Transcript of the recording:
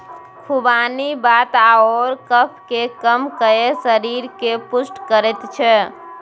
खुबानी वात आओर कफकेँ कम कए शरीरकेँ पुष्ट करैत छै